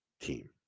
team